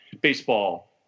baseball